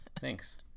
Thanks